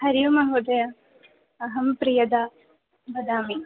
हरिः ओम् महोदय अहं प्रियदा वदामि